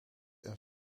een